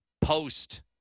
post